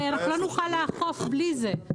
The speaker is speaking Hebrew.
הרי אנחנו לא נוכל לאכוף בלי זה.